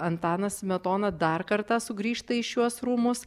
antanas smetona dar kartą sugrįžta į šiuos rūmus